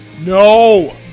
No